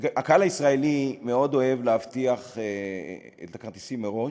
הקהל הישראלי מאוד אוהב להבטיח את הכרטיסים מראש.